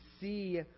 see